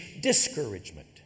discouragement